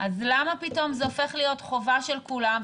אז למה פתאום זה הופך להיות חובה של כולם,